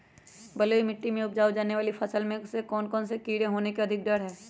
बलुई मिट्टी में उपजाय जाने वाली फसल में कौन कौन से कीड़े होने के अधिक डर हैं?